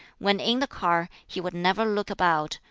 when in the car, he would never look about,